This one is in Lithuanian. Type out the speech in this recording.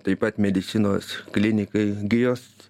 taip pat medicinos klinikai gijos